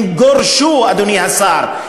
הם גורשו, אדוני השר.